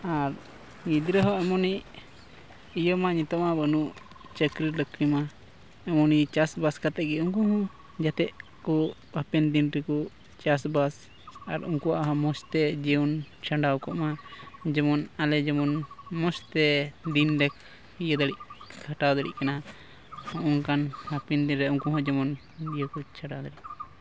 ᱟᱨ ᱜᱤᱫᱽᱨᱟᱹ ᱦᱚᱸ ᱮᱢᱚᱱᱤᱡ ᱤᱭᱟᱹ ᱢᱟ ᱱᱤᱛᱚᱜ ᱢᱟ ᱵᱟᱹᱱᱩᱜ ᱪᱟᱹᱠᱨᱤ ᱞᱟᱹᱠᱨᱤ ᱢᱟ ᱮᱢᱚᱱᱤ ᱪᱟᱥᱵᱟᱥ ᱠᱟᱛᱮᱜᱮ ᱩᱱᱠᱩ ᱦᱚᱸ ᱡᱟᱛᱮ ᱠᱚ ᱦᱟᱯᱮᱱ ᱫᱤᱱ ᱨᱮᱠᱚ ᱪᱟᱥᱵᱟᱥ ᱟᱨ ᱩᱱᱠᱩᱣᱟᱜ ᱦᱚᱸ ᱢᱚᱡᱽ ᱛᱮ ᱡᱤᱭᱚᱱ ᱪᱷᱟᱸᱰᱟᱣ ᱠᱚᱜ ᱢᱟ ᱡᱮᱢᱚᱱ ᱟᱞᱮ ᱡᱮᱢᱚᱱ ᱢᱚᱡᱽ ᱛᱮ ᱫᱤᱱᱞᱮ ᱤᱭᱟᱹ ᱫᱟᱲᱮᱜ ᱠᱷᱟᱴᱟᱣ ᱫᱟᱲᱮᱭᱟᱜ ᱠᱟᱱᱟ ᱚᱱᱠᱟᱱ ᱦᱟᱯᱮᱱ ᱫᱤᱱ ᱨᱮ ᱩᱱᱠᱩ ᱦᱚᱸ ᱡᱮᱢᱚᱱ ᱤᱭᱟᱹ ᱠᱚ ᱪᱷᱟᱰᱸᱟᱣ ᱫᱟᱲᱮᱭᱟᱜ